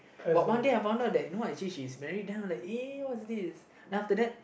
but one day I found out that you know what actually she is married then I'm like uh what's this then after that